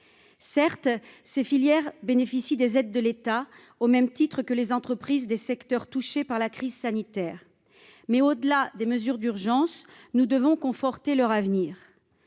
Certes, ces filières bénéficient des aides de l'État, au même titre que les entreprises des secteurs touchés par la crise sanitaire. Cependant, au-delà des mesures d'urgence, nous devons conforter leur avenir.